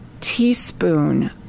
teaspoon